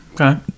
Okay